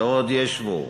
ועוד ישבו.